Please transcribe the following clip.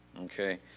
okay